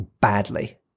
badly